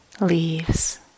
leaves